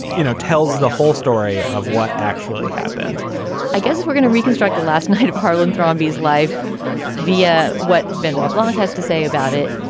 you know, tells the whole story of what actually happened i guess if we're going to reconstruct the last night of harland robbie's life via what benwell blanc has to say about it,